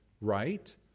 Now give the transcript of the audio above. right